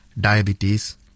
diabetes